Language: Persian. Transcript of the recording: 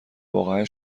واقعا